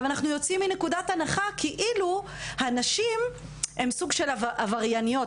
אנחנו יוצאים מנקודת הנחה כאילו הנשים הן סוג של עברייניות,